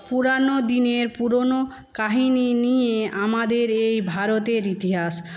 পুরানো দিনের পুরোনো কাহিনি নিয়ে আমাদের এই ভারতের ইতিহাস